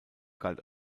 gilt